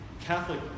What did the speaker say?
Catholic